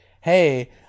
Hey